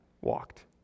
walked